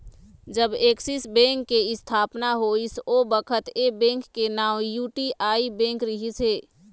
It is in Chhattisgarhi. जब ऐक्सिस बेंक के इस्थापना होइस ओ बखत ऐ बेंक के नांव यूटीआई बेंक रिहिस हे